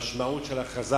והמשמעות של הכרזה